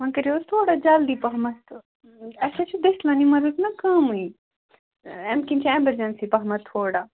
وۄنۍ کٔرِو حظ تھوڑا جلدی پَہمَتھ تہٕ اَسہِ حظ چھِ دٔسِلَن یِمَن رُکہِ نا کٲمٕے اَمہِ کِنۍ چھِ ایمَرجَنسی پَہمَتھ تھوڑا